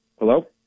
Hello